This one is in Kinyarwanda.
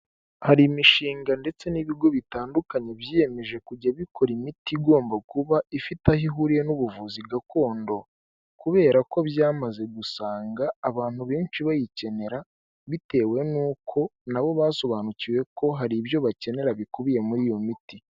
Hari imishinga ndetse n'ibigo bitandukanye byiyemeje kujya bikora imiti igomba kuba ifite aho ihuriye n'ubuvuzi gakondo, kubera ko byamaze gusanga abantu benshi bayikenera, bitewe n'uko nabo basobanukiwe ko hari ibyo bakenera bikubiye muri iyo miti.